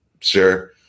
sure